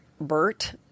Bert